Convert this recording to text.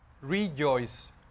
Rejoice